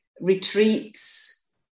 retreats